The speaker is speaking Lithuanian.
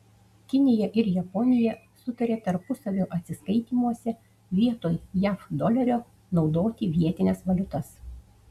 kinija ir japonija sutarė tarpusavio atsiskaitymuose vietoj jav dolerio naudoti vietines valiutas